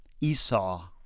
Esau